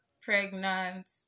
pregnant